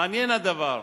מעניין הדבר,